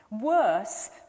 Worse